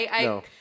No